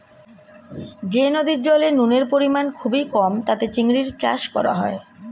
যে নদীর জলে নুনের পরিমাণ খুবই কম তাতে চিংড়ির চাষ করা হয়